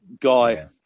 guy